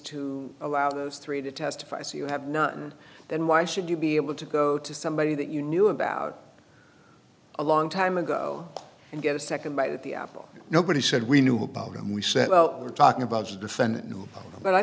to allow those three to testify so you have not and then why should you be able to go to somebody that you knew about a long time ago and get a second bite at the apple nobody said we knew about it and we said well we're talking about the defendant no but i